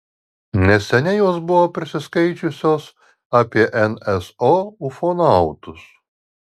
neseniai jos buvo prisiskaičiusios apie nso ufonautus